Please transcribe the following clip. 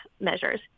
measures